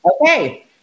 okay